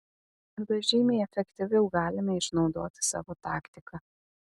tada žymiai efektyviau galime išnaudoti savo taktiką